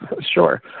Sure